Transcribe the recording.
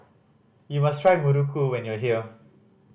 you must try muruku when you are here